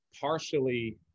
partially